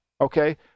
okay